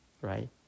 right